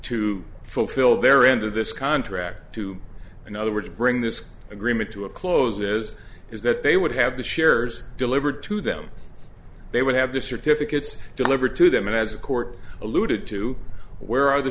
to fulfill their end of this contract to in other words bring this agreement to a close as is that they would have the shares delivered to them they would have the certificates delivered to them and as a court alluded to where are the